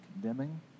condemning